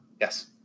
Yes